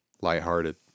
lighthearted